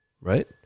right